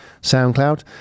SoundCloud